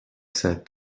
said